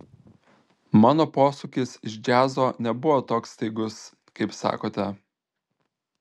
mano posūkis iš džiazo nebuvo toks staigus kaip sakote